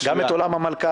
גם את עולם המלכ"רים,